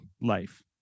life